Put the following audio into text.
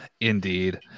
indeed